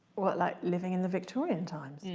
what like living in the victorian times?